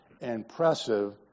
impressive